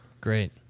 Great